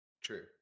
True